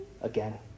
again